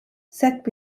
set